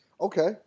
Okay